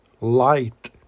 light